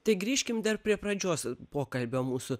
tai grįžkim dar prie pradžios e pokalbio mūsų